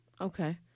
Okay